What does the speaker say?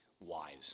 wise